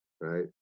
right